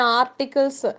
articles